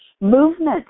Movement